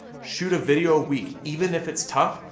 shoot a video a week, even if it's tough,